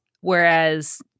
whereas